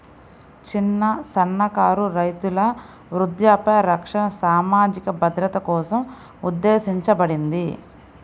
చిన్న, సన్నకారు రైతుల వృద్ధాప్య రక్షణ సామాజిక భద్రత కోసం ఉద్దేశించబడింది